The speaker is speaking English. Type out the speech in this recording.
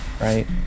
right